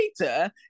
later